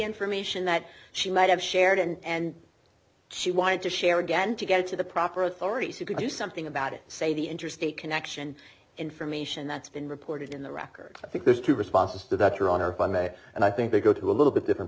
information that she might have shared and she wanted to share again to get to the proper authorities who could do something about it say the interstate connection information that's been reported in the record i think there's two responses to that your honor if i may and i think they go to a little bit different